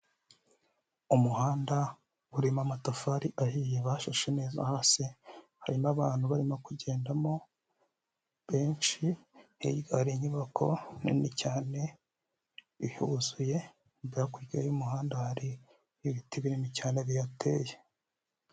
Umuhanda urimo amatafari ahiye bashashe neza hasi hari n'abantu barimo kugendamo benshi, hirya hari inyubako nini cyane ihuzuye, hakurya y'umuhanda hari ibiti binini cyane bihateye.